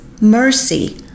mercy